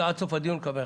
בכל זאת,